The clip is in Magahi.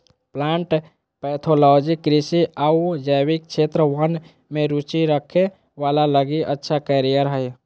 प्लांट पैथोलॉजी कृषि आऊ जैविक क्षेत्र वन में रुचि रखे वाला लगी अच्छा कैरियर हइ